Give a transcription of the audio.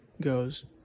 goes